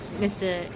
Mr